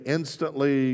instantly